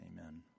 Amen